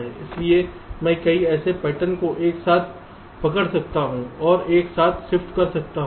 इसलिए मैं कई ऐसे पैटर्न को एक साथ पकड़ सकता हूं और एक साथ शिफ्ट कर सकता हूं